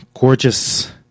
gorgeous